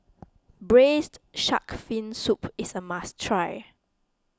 Braised Shark Fin Soup is a must try